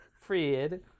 Fred